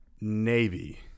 Navy